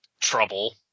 trouble